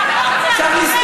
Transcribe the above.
בסדר גמור, אדוני.